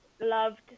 loved